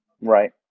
Right